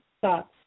thoughts